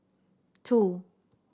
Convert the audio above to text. two